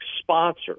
sponsor